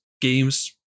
games